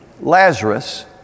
Lazarus